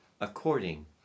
according